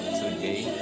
today